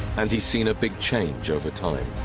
and he's seen a big change over time